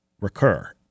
recur